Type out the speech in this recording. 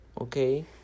okay